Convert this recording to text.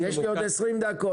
הוא מבורך.